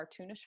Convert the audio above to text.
cartoonish